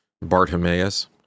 Bartimaeus